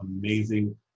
amazing